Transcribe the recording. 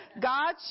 God